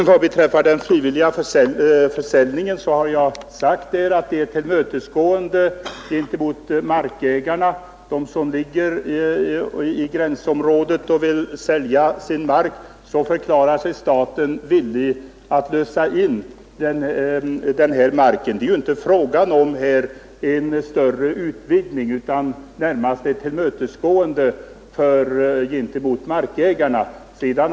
Herr talman! Den frivilliga försäljningen innebär, som jag har sagt tidigare, att staten är villig att lösa in den mark som ligger i gränsområdet, om markägarna vill sälja. Det är inte fråga om någon större utvidgning, utan närmast ett tillmötesgående gentemot markägarna.